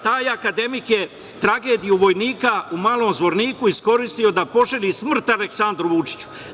Taj akademik je tragediju vojnika u Malom Zvorniku iskoristio da poželi smrt Aleksandru Vučiću.